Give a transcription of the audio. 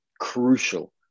crucial